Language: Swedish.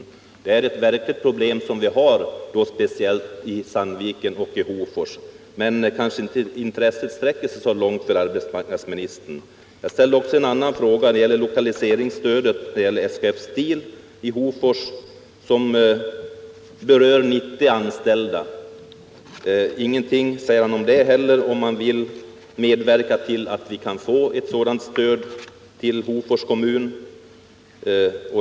Detta är ett verkligt problem, speciellt i Sandviken och Hofors. Men arbetsmarknadsministerns intresse kanske inte sträcker sig så långt. Den andra frågan som jag ställde gällde lokaliseringsstödet till SKF Steel i Hofors, där 90 anställda berörs. Arbetsmarknadsministern säger inte heller någonting om huruvida han vill medverka till att Hofors kommun får ett sådant stöd.